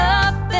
up